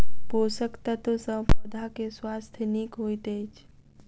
पोषक तत्व सॅ पौधा के स्वास्थ्य नीक होइत अछि